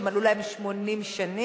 8,